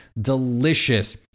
delicious